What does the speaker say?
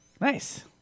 Nice